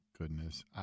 Goodness